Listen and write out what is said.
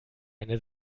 eine